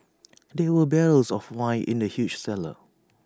there were barrels of wine in the huge cellar